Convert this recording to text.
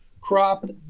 cropped